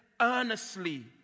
earnestly